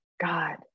God